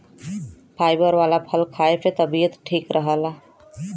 fibre वाला फल खाए से तबियत ठीक रहला